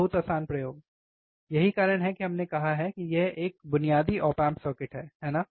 बहुत आसान प्रयोग यही कारण है कि हमने कहा है कि यह एक बुनियादी ऑप एम्प सर्किट है है ना